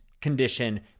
condition